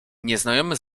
nieznajomy